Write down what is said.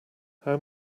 how